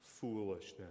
foolishness